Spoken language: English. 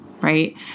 right